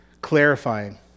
clarifying